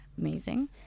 Amazing